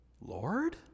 Lord